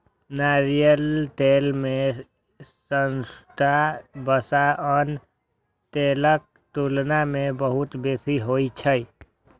नारियल तेल मे संतृप्त वसा आन तेलक तुलना मे बहुत बेसी होइ छै